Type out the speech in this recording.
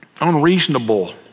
unreasonable